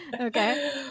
Okay